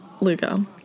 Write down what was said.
Lugo